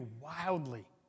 wildly